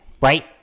Right